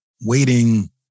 waiting